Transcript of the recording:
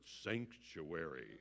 sanctuary